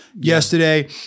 yesterday